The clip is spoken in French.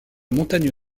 montagne